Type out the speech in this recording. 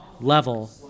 level